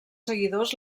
seguidors